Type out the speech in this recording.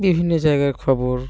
বিভিন্ন জায়গার খবর